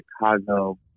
Chicago